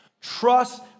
Trust